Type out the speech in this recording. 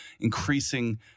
increasing